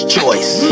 Choice